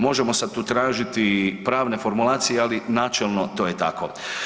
Možemo sad tu tražiti pravne formulacije, ali načelno to je tako.